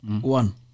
one